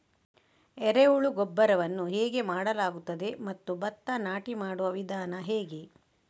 ಎರೆಹುಳು ಗೊಬ್ಬರವನ್ನು ಹೇಗೆ ಮಾಡಲಾಗುತ್ತದೆ ಮತ್ತು ಭತ್ತ ನಾಟಿ ಮಾಡುವ ವಿಧಾನ ಹೇಗೆ?